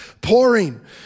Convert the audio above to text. pouring